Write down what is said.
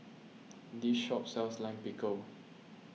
this shop sells Lime Pickle